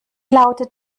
lautet